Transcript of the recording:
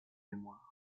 mémoires